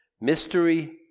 Mystery